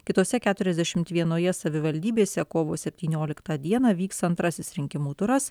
kitose keturiasdešimt vienoje savivaldybėse kovo septynioliktą dieną vyks antrasis rinkimų turas